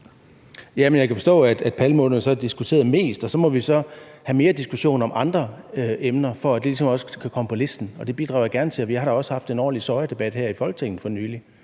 jeg kan forstå, at palmeolien så har været diskuteret mest, og så må vi så have mere diskussion af andre emner, for at de ligesom også kan komme på listen. Det bidrager jeg gerne til, og vi har da også haft en ordentlig sojadebat her i Folketinget for nylig,